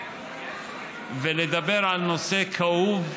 ולדבר על נושא כאוב,